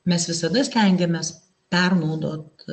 mes visada stengiamės pernaudot